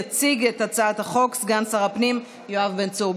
יציג את הצעת החוק סגן שר הפנים יואב בן צור,